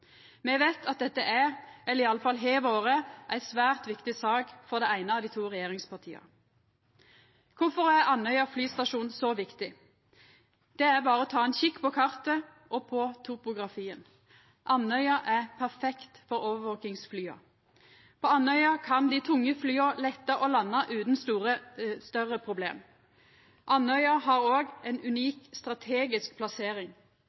Me veit at dette er – eller iallfall har vore – ei svært viktig sak for det eine av dei to regjeringspartia. Kvifor er Andøya flystasjon så viktig? Det er berre å ta ein kikk på kartet og topografien. Andøya er perfekt for overvakingsflya. På Andøya kan dei tunge flya letta og landa utan større problem. Andøya har òg ei unik strategisk plassering.